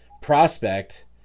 prospect